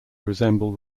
resemble